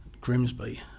Grimsby